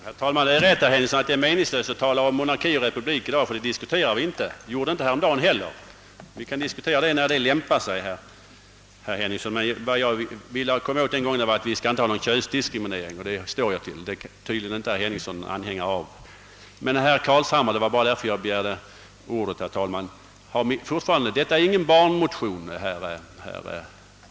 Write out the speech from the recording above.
Herr talman! Det är riktigt, herr Henningsson, att det är meningslöst att tala om monarki eller republik i dag, ty den saken diskuterar vi inte nu — och det gjorde vi inte häromdagen heller. Vi kan mycket väl diskutera den frågan när det lämpar sig. Vad jag ville framhålla var, att vi inte bör ha någon könsdiskriminering. Men den tanken är tydligen herr Henningsson inte anhängare av. Det var emellertid med anledning av herr Carlshamres replik som jag begärde ordet. Detta är ingen »barnmotion».